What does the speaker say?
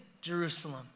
Jerusalem